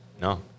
No